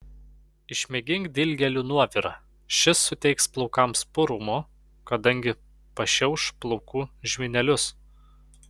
išmėgink dilgėlių nuovirą šis suteiks plaukams purumo kadangi pašiauš plaukų žvynelius